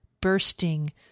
bursting